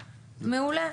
מעולה,